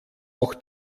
auch